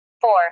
Four